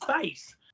face